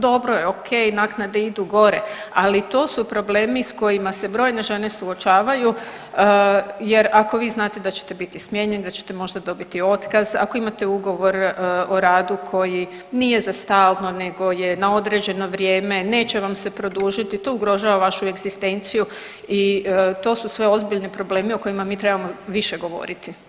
Dobro je, ok, naknade idu gore, ali to su problemi s kojima se brojne žene suočavaju jer ako vi znate da ćete biti smijenjeni, da ćete možda dobiti otkaz, ako imate ugovor o radu koji nije za stalno nego je na određeno vrijeme, neće vam se produžiti, to ugrožava vašu egzistenciju i to su sve ozbiljni problemi o kojima mi trebamo više govoriti.